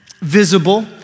visible